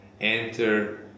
enter